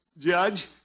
Judge